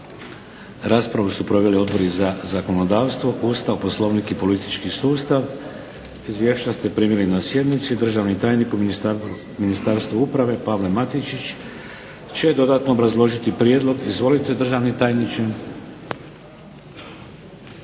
Raspravu su proveli Odbori za zakonodavstvo, ustav, Poslovnik i politički sustav. Izvješća ste primili na sjednici. Državni tajnik u ministarstvu uprave Pavle Matičić će dodatno obrazložiti prijedlog. Izvolite. **Matičić,